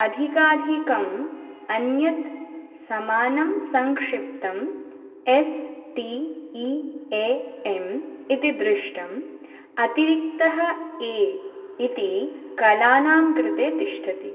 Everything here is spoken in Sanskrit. अधिकाधिकम् अन्यत् समानं संक्षिप्तम् S T E A M इति दृष्टम् अतिरिक्तः ए इति कलानां कृते तिष्ठति